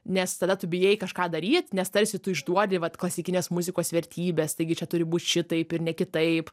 nes tada tu bijai kažką daryt nes tarsi tu išduodi vat klasikinės muzikos vertybes taigi čia turi būt šitaip ir ne kitaip